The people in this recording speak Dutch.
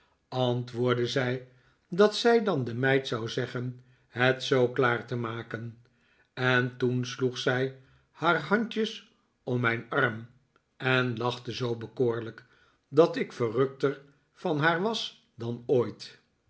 antwoordde zij dat zij dan de meid zou zeggen het zoo klaar te maken en toen sloeg zij haar handjes om mijn arm en lachte zoo bekoorlijk dat ik verrukter van haar was dan ooit